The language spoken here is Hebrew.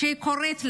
שהיא קוראת לה.